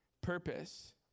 purpose